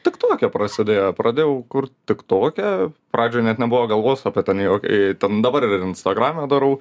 tik toke prasidėjo pradėjau kurt tik toke pradžioj net nebuvo galvos apie tą niu jo ei ten dabar ir instagrame darau